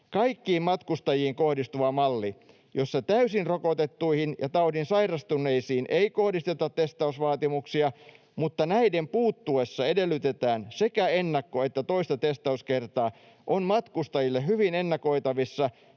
Kaikkiin matkustajiin kohdistuva malli, jossa täysin rokotettuihin ja taudin sairastaneisiin ei kohdisteta testausvaatimuksia mutta näiden puuttuessa edellytetään sekä ennakko- että toista testauskertaa, on matkustajille hyvin ennakoitavissa